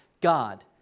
God